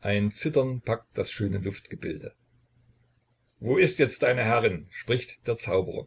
ein zittern packt das schöne luftgebilde wo ist jetzt deine herrin spricht der zauberer